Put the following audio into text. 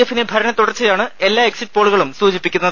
എഫിന് ഭരണത്തുടർച്ചയാണ് എല്ലാ എക്സിറ്റ്പോളുകളും സൂചിപ്പിക്കുന്നത്